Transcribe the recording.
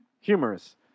Humorous